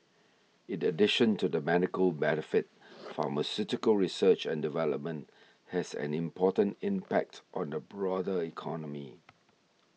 in addition to the medical benefit pharmaceutical research and development has an important impact on the broader economy